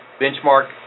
Benchmark